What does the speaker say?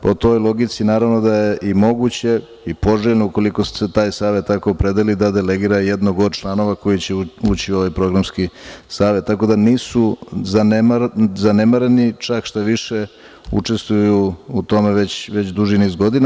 Po toj logici, naravno, da je i moguće i poželjno, ukoliko se taj Savet tako opredeli da delegira jednog od članova koji će ući u ovaj Programski savet, tako da, nisu zanemareni, čak šta više učestvuju u tome već duži niz godina.